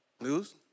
news